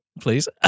Please